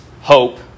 hope